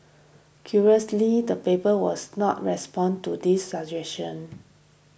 curiously the paper was not responded to this suggestion